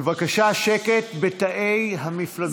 בבקשה שקט בתאי המפלגות.